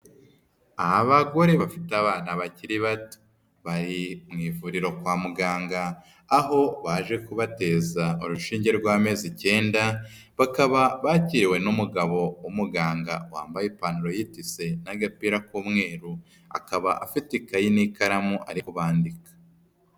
Abagore bafite abana bakiri bato, bari mu ivuriro kwa muganga aho baje kubateza urushinge rw'amezi ikenda, bakaba bakiriwe n'umugabo w'umuganga wambaye ipantaro y'itise n'agapira k'umweru, akaba afite ikayi n'ikaramu ari kubandika.